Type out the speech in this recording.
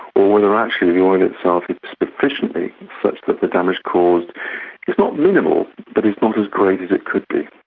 or whether actually the oil itself is sufficiently such that the damage caused is not minimal, but is not as great as it could be.